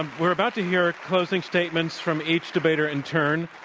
and we're about to hear closing statements from each debater in turn.